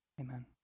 Amen